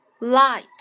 Light